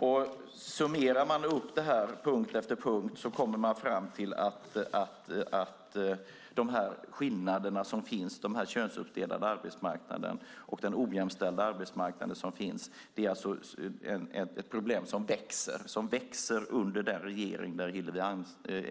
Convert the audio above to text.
När man summerar detta på punkt efter punkt kommer man fram till att de skillnader som finns på den könsuppdelade och ojämställda arbetsmarknaden innebär att detta är ett problem som växer under den regering där Hillevi